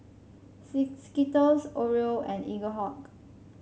Skittles Oreo and Eaglehawk